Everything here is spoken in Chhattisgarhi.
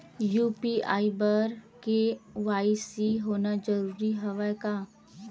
यू.पी.आई बर के.वाई.सी होना जरूरी हवय का?